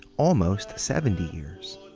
almost seventy years!